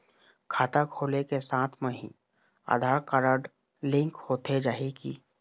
खाता खोले के साथ म ही आधार कारड लिंक होथे जाही की?